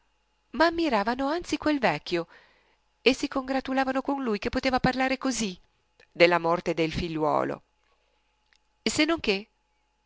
ma ammiravano anzi quel vecchio e si congratulavano con lui che poteva parlare così della morte del figliuolo se non